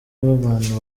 w’abantu